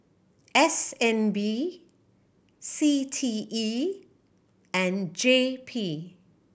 S N B C T E and J P